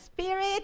spirit